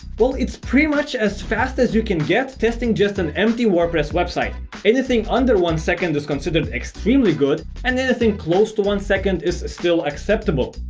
well, it's pretty much as fast as you can get testing just an empty wordpress website anything under one second is considered extremely good and anything close to one second is still acceptable.